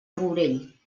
rourell